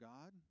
God